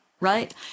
Right